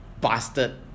bastard